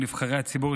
נבחרי הציבור,